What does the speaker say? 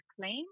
claim